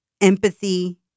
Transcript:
empathy